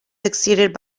succeeded